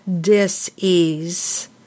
dis-ease